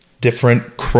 different